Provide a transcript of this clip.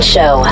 Show